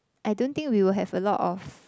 I don't think we will have a lot of